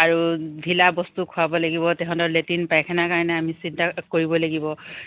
আৰু ঢিলা বস্তু খোৱাব লাগিব সিহঁতৰ লেটিন পায়খানাৰ কাৰণে আমি চিন্তা কৰিব লাগিব